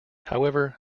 however